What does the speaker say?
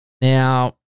Now